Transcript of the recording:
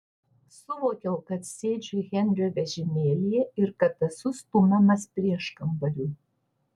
suvokiau kad sėdžiu henrio vežimėlyje ir kad esu stumiamas prieškambariu